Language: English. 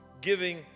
giving